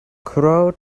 crow